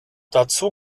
dazu